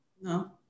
No